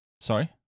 Sorry